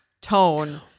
tone